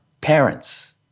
parents